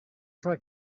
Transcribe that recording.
try